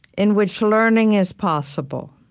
in which learning is possible.